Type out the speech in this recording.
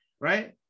right